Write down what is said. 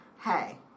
Hey